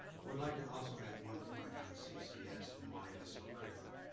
would like to also add one point on ccs and why it is so critical.